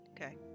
Okay